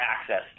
access